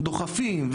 אנחנו דוחפים,